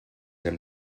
hem